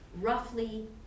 roughly